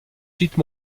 suite